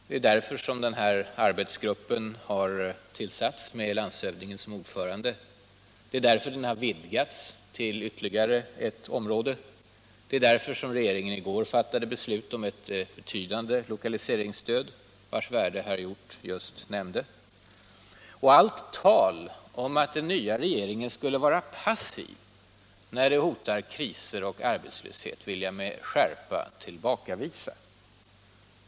Det är därför den nämnda arbetsgruppen tillsatts med landshövdingen som ordförande, det är därför den vidgats till ytterligare ett område, och det är därför regeringen — så sent som i går — fattat beslut om ett betydande lokaliseringsstöd, vars värde herr Hjorth just nämnde. Allt tal om att den nya regeringen skulle vara passiv när kriser och arbetslöshet hotar vill jag med skärpa tillbakavisa.